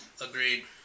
Agreed